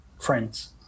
friends